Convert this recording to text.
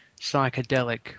psychedelic